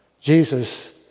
Jesus